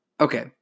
Okay